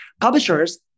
Publishers